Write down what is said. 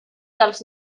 dels